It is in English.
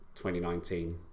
2019